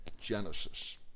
Genesis